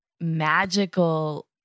magical